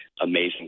amazing